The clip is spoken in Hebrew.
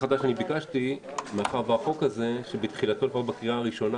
ביקשתי נושא חדש מאחר שהחוק הזה בתחילתו כבר בקריאה הראשונה